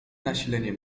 nasilenie